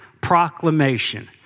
proclamation